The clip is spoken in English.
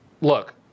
look